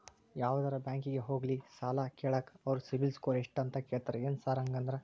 ಯಾವದರಾ ಬ್ಯಾಂಕಿಗೆ ಹೋಗ್ಲಿ ಸಾಲ ಕೇಳಾಕ ಅವ್ರ್ ಸಿಬಿಲ್ ಸ್ಕೋರ್ ಎಷ್ಟ ಅಂತಾ ಕೇಳ್ತಾರ ಏನ್ ಸಾರ್ ಹಂಗಂದ್ರ?